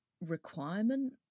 requirement